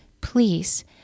Please